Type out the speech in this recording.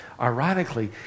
ironically